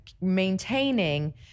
maintaining